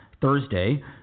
Thursday